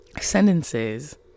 sentences